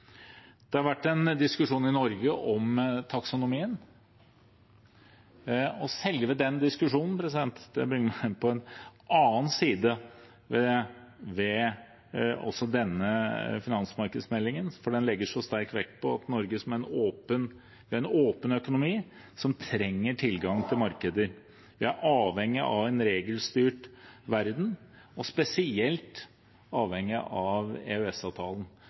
Det har vært en diskusjon i Norge om taksonomien. Den diskusjonen bringer meg over på en annen side ved denne finansmarkedsmeldingen, for den legger sterk vekt på Norge som en åpen økonomi som trenger tilgang til markeder. Vi er avhengige av en regelstyrt verden, og vi er spesielt avhengige av